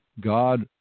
God